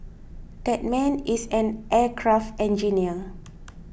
that man is an aircraft engineer